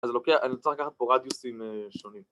‫אז לוקח, אני צריך לקחת פה ‫רדיוסים שונים.